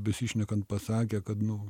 besišnekant pasakė kad nu